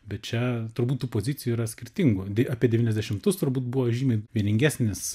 bet čia turbūt tų pozicijų yra skirtingų apie devyniasdešimtus turbūt buvo žymiai vieningesnis